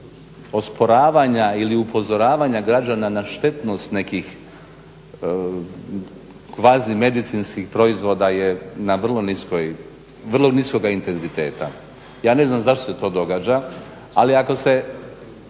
osporavanja ili upozoravanja građana na štetnost nekih kvazi medicinskih proizvoda je vrlo niskoga intenziteta. Ja ne znam zašto se to događa, ali ako se